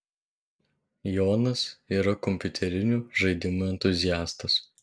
jonas yra kompiuterinių žaidimų entuziastas